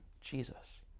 Jesus